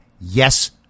Yes